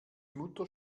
mutter